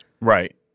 Right